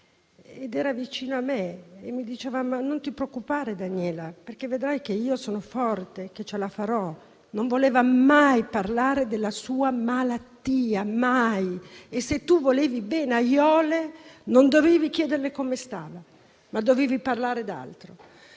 era vicino a me e mi diceva: «Non ti preoccupare, Daniela, perché vedrai, io sono forte e ce la farò». Non voleva mai parlare della sua malattia, mai e, se tu volevi bene a Jole, non dovevi chiederle come stava, ma dovevi parlare di altro.